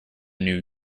new